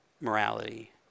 morality